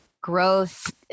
growth